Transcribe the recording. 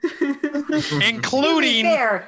Including